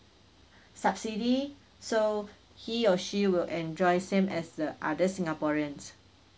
subsidy so he or she will enjoy same as the other singaporeans